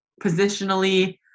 positionally